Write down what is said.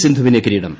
സിന്ധുവിന് കിരീടം